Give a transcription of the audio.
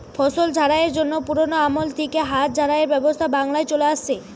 ফসল ঝাড়াইয়ের জন্যে পুরোনো আমল থিকে হাত ঝাড়াইয়ের ব্যবস্থা বাংলায় চলে আসছে